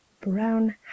brown